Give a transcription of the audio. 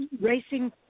Racing